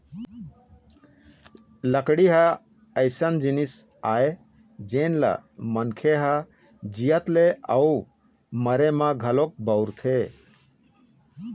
लकड़ी ह अइसन जिनिस आय जेन ल मनखे ह जियत ले अउ मरे म घलोक बउरथे